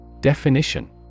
Definition